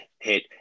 hit